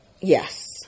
Yes